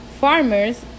Farmers